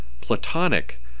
platonic